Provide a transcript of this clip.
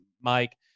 Mike